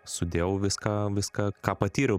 sudėjau viską viską ką patyriau